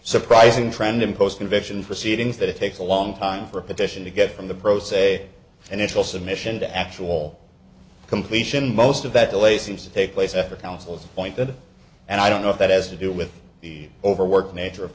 surprising trend in post conviction proceedings that it takes a long time for a petition to get from the pro se and it'll submission to actual completion most of that delay seems to take place after councils appointed and i don't know if that has to do with the overworked nature of